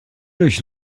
durch